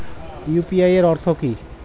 UPI এর অর্থ কি?